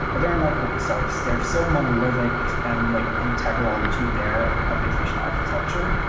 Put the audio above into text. but they're not open source. they're so monolithic and like integral to their application architecture,